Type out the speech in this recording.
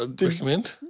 Recommend